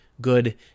good